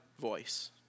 voice